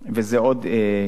וזה עוד ישתפר.